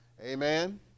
Amen